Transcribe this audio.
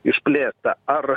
išplėsta ar